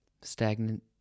Stagnant